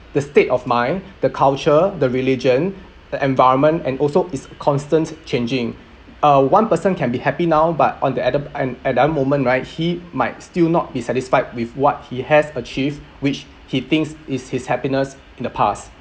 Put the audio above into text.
the state of mind the culture the religion the environment and also it's constant changing uh one person can be happy now but on the other and another moment right he might still not be satisfied with what he has achieved which he thinks is his happiness in the past